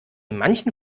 manchen